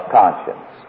conscience